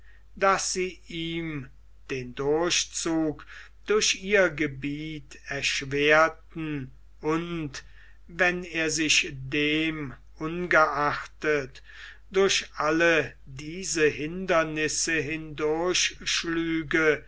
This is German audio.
daß sie ihm den durchzug durch ihr gebiet erschwerten und wenn er sich dem ungeachtet durch alle diese hindernisse